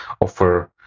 offer